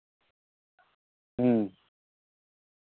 ᱦᱮᱸ